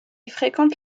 fréquente